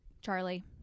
Charlie